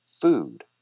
food